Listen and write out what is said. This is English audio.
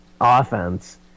offense